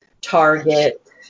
Target